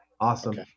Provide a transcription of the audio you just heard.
Awesome